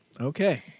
Okay